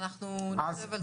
אנחנו נשב על זה.